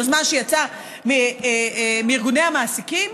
יוזמה שיצאה מארגוני המעסיקים,